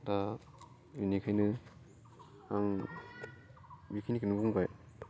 दा बेनिखायनो आं बेखिनिखोनो बुंबाय